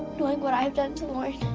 like what i have done to lauren.